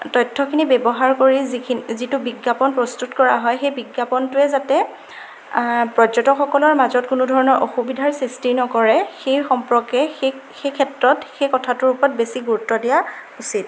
তথ্যখিনি ব্যৱহাৰ কৰি যিখি যিটো বিজ্ঞাপন প্ৰস্তুত কৰা হয় সেই বিজ্ঞাপনটোৱে যাতে পৰ্যটকসকলৰ মাজত কোনো ধৰণৰ অসুবিধাৰ সৃষ্টি নকৰে সেই সম্পৰ্কে সেই সেই ক্ষেত্ৰত সেই কথাটোৰ ওপৰত বেছি গুৰুত্ব দিয়া উচিত